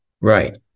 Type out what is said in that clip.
Right